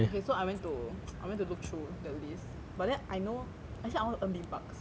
okay so I went to I went to look through the list but then I know actually I want to earn big bucks